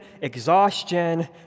exhaustion